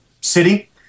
city